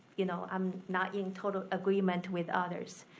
you know i'm not in total agreement with others.